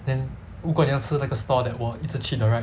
then 如果你要吃那个 store that 我一直去的 right